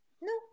No